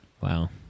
Wow